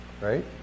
right